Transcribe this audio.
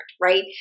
Right